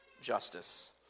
justice